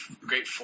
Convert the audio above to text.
great